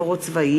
דב חנין,